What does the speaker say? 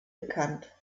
bekannt